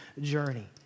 journey